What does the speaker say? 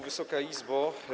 Wysoka Izbo!